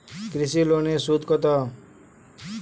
কৃষি লোনের সুদ কত?